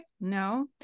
No